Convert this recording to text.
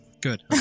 Good